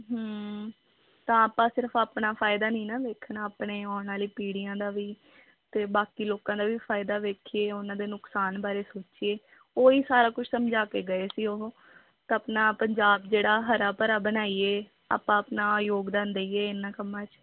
ਹਮ ਤਾਂ ਆਪਾਂ ਸਿਰਫ ਆਪਣਾ ਫਾਇਦਾ ਨਹੀਂ ਨਾ ਵੇਖਣਾ ਆਪਣੇ ਆਉਣ ਵਾਲੀ ਪੀੜ੍ਹੀਆਂ ਦਾ ਵੀ ਅਤੇ ਬਾਕੀ ਲੋਕਾਂ ਦਾ ਵੀ ਫਾਇਦਾ ਵੇਖੀਏ ਉਹਨਾਂ ਦੇ ਨੁਕਸਾਨ ਬਾਰੇ ਸੋਚੀਏ ਉਹ ਹੀ ਸਾਰਾ ਕੁਝ ਸਮਝਾ ਕੇ ਗਏ ਸੀ ਉਹ ਤਾਂ ਆਪਣਾ ਪੰਜਾਬ ਜਿਹੜਾ ਹਰਾ ਭਰਾ ਬਣਾਈਏ ਆਪਾਂ ਆਪਣਾ ਯੋਗਦਾਨ ਦਈਏ ਇਹਨਾਂ ਕੰਮਾਂ 'ਚ